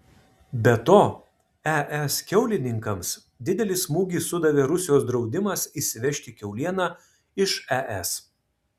be to es kiaulininkams didelį smūgį sudavė rusijos draudimas įsivežti kiaulieną iš es